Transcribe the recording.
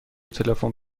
تلفن